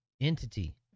entity